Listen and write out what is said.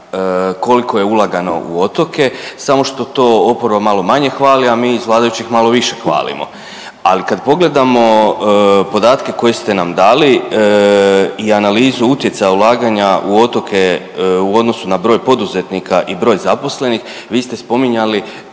koliko je ulagano u otoke, samo što to oporba malo manje hvali, a mi iz vladajućih malo više hvalimo. Ali kad pogledamo podatke koje ste nam dali i analizu utjecaja ulaganja u otoke u odnosu na broj poduzetnika i broj zaposlenih vi ste spominjali